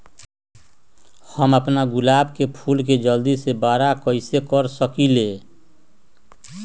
हम अपना गुलाब के फूल के जल्दी से बारा कईसे कर सकिंले?